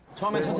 common.